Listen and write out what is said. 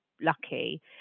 lucky